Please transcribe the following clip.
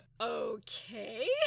okay